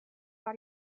war